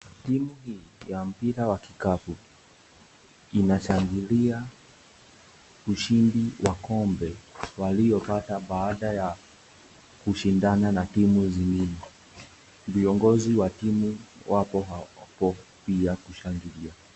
Timu hii ya mpira wa kikapu inashangilia ushindi wa kombe waliopata baada ya kushindana na [cs[timu zingine. Viongozi wa timu wapo hapo pia kushangilia.